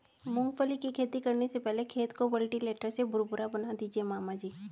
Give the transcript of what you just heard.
मूंगफली की खेती करने से पहले खेत को कल्टीवेटर से भुरभुरा बना दीजिए मामा जी